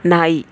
ನಾಯಿ